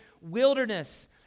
wilderness